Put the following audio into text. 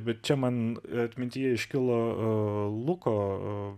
bet čia man atmintyje iškilo luko